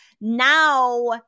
Now